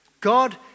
God